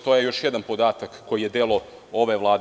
To je još jedan podatak koji je delo ove Vlade.